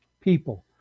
people